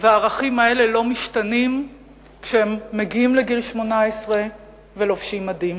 והערכים האלה לא משתנים כשהם מגיעים לגיל 18 ולובשים מדים.